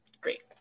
Great